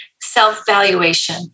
Self-valuation